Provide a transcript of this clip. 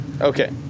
Okay